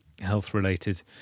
health-related